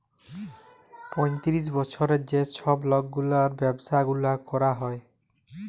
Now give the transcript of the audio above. পঁয়তিরিশ বসরের যে ছব লকগুলার ব্যাবসা গুলা ক্যরা হ্যয়